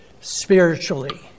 spiritually